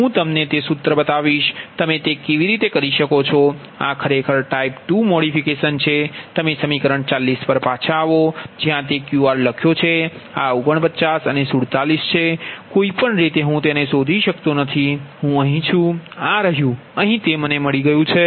હું તમને તે સૂત્ર બતાવીશ કે તમે તે કેવી રીતે કરી શકો છો આ ખરેખર ટાઇપ 2 મોડિફિકેશન છે 40 પર પાછા આવો જ્યાં તે Qr લખ્યો છે આ 49 47 છે કોઈ પણ રીતે હું તેને શોધી શકતો નથી હું અહીં છું આ રહ્યુ અહીં તે મને મળી ગયું છે